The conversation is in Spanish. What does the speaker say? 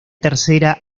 tercera